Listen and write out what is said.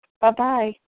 Bye-bye